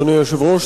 אדוני היושב-ראש,